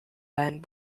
land